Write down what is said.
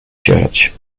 church